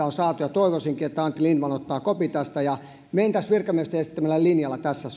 on saatu toivoisinkin että antti lindtman ottaa kopin tästä ja mentäisiin virkamiesten esittämällä linjalla tässä